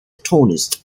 tallest